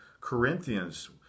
Corinthians